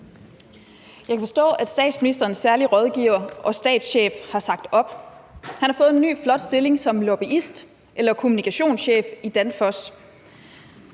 Jeg kan forstå, at statsministerens særlige rådgiver og stabschef har sagt op. Han har fået en ny flot stilling som lobbyist eller kommunikationschef i Danfoss,